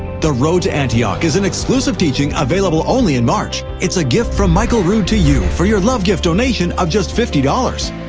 the road to antioch is an exclusive teaching available only in march. it's a gift from michael rood to you for your love gift donation of just fifty dollars.